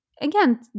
again